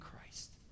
Christ